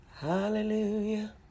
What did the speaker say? Hallelujah